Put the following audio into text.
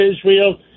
Israel